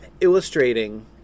illustrating